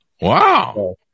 Wow